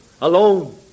alone